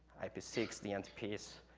i p six, the interpiece,